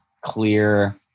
clear